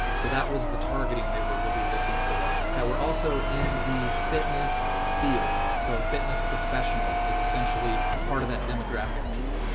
so that was the targeting they were really looking for, that were also in the fitness field, so a fitness professional is essentially part of that demographic piece.